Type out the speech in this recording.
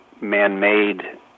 man-made